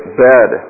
bed